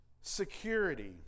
security